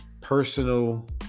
personal